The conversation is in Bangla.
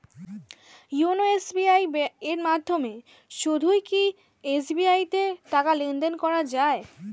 ইওনো এস.বি.আই এর মাধ্যমে শুধুই কি এস.বি.আই তে টাকা লেনদেন করা যায়?